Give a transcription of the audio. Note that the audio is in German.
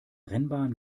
rennbahn